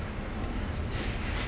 ya obviously miss him lah